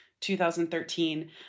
2013